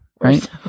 Right